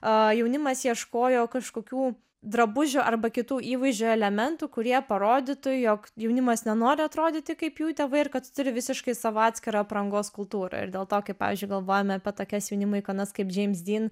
jaunimas ieškojo kažkokių drabužių arba kitų įvaizdžio elementų kurie parodytų jog jaunimas nenori atrodyti kaip jų tėvai ir kad turi visiškai savo atskirą aprangos kultūrą ir dėl to kaip pavyzdžiui galvojam apie tokias jaunimo ikonas kaip džeims dyn